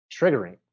triggering